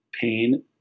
pain